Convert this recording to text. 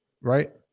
right